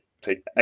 take